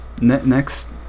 next